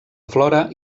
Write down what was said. flora